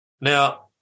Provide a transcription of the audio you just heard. Now